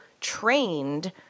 trained